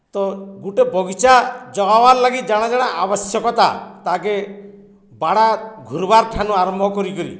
ତ ଗୁଟେ ବଗିଚା ଜଗାବାର୍ ଲାଗି ଜାଣା ଜାଣା ଆବଶ୍ୟକତା ତାକେ ବାଡ଼ା ଘୁର୍ବାର୍ଠାନୁ ଆରମ୍ଭ କରି